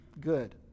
good